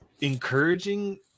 encouraging